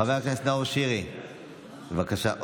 חבר הכנסת נאור שירי, בבקשה.